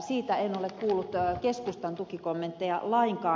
siitä en ole kuullut keskustan tukikommentteja lainkaan